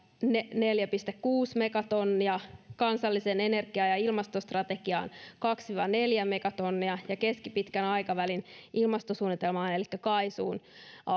neljä pilkku kuusi megatonnia kansalliseen energia ja ja ilmastostrategiaan kaksi viiva neljä megatonnia ja keskipitkän aikavälin ilmastosuunnitelmaan elikkä kaisuun on